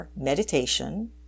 meditation